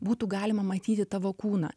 būtų galima matyti tavo kūną